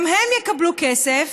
גם הן יקבלו כסף,